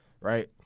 right